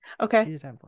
Okay